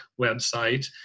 website